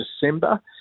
December